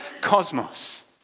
cosmos